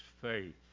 faith